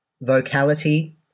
vocality